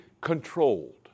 controlled